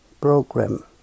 program